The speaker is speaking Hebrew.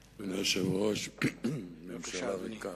בבקשה, אדוני.